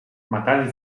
matant